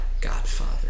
godfather